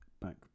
Back